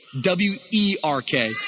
W-E-R-K